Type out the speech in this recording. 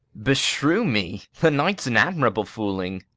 beshrew me, the knight's in admirable fooling.